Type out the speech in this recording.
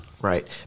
right